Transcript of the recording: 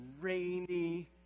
rainy